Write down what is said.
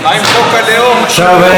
בבקשה, אדוני ימשיך.